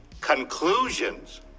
conclusions